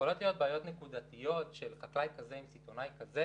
יכולות להיות בעיות נקודתיות של סיטונאי כזה עם סיטונאי כזה,